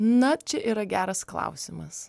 na čia yra geras klausimas